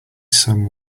some